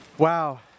Wow